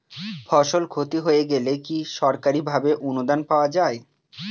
ফসল ক্ষতি হয়ে গেলে কি সরকারি ভাবে অনুদান পাওয়া য়ায়?